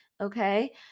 Okay